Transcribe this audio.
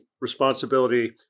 responsibility